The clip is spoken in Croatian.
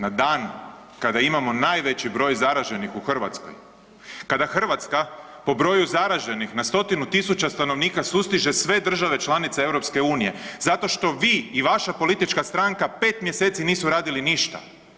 Na dan kada imamo najveći broj zaraženih u Hrvatskoj, kada Hrvatska po broju zaraženih na stotinu tisuća stanovnika sustiže sve državne članice EU zato što vi i vaša politička stranka 5 mjeseci nisu radili ništa.